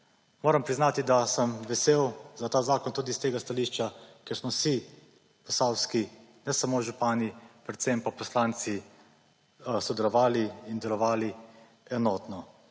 Moram priznati, da sem vesel za ta zakon tudi iz tega stališča, ker smo vsi posavski, ne samo župani, predvsem pa poslanci sodelovali in delovali enotno.